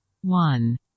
one